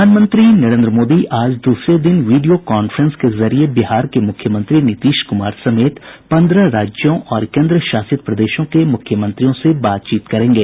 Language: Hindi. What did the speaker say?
प्रधानमंत्री नरेंद्र मोदी आज दूसरे दिन वीडियो कॉन्फ्रेंस के जरिए बिहार के मुख्यमंत्री नीतीश कुमार समेत पन्द्रह राज्यों और केंद्र शासित प्रदेशों के मुख्यमंत्रियों से बातचीत करेंगे